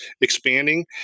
expanding